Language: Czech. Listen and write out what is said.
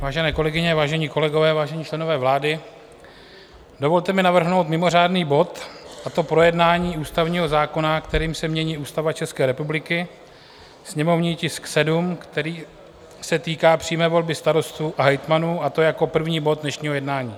Vážené kolegyně, vážení kolegové, vážení členové vlády, dovolte mi navrhnout mimořádný bod, a to projednání ústavního zákona, kterým se mění Ústava České republiky, sněmovní tisk 7, který se týká přímé volby starostů a hejtmanů, a to jako první bod dnešního jednání.